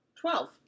Twelve